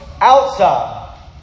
outside